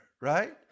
right